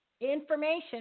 information